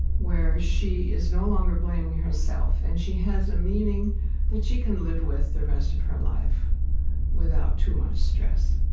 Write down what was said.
where she is no longer blaming herself, and she has a meaning that she can live with the rest of her life without too much stress